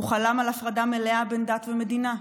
הוא חלם על הפרדה מלאה בין דת למדינה,